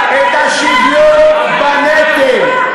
את השוויון בנטל.